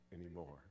anymore